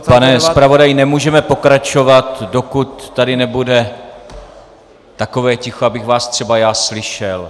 Pane zpravodaji, nemůžeme pokračovat, dokud tady nebude takové ticho, abych vás třeba já slyšel.